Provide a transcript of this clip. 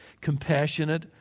compassionate